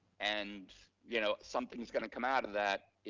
and you know, something's gonna come out of that.